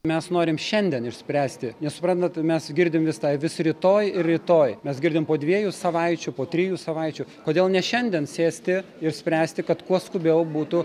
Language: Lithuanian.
mes norim šiandien išspręsti nes suprantat mes girdim vis tą vis rytoj rytoj mes girdim po dviejų savaičių po trijų savaičių kodėl ne šiandien sėsti ir spręsti kad kuo skubiau būtų